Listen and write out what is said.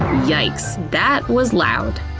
yikes, that was loud!